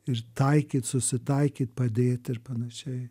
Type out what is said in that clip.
ir taikyt susitaikyt padėt ir panašiai